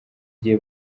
gihe